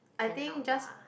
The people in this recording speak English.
I think just